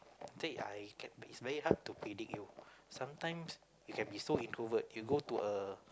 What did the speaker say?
say I it can it's very hard to predict you sometimes you can be so introvert you go to a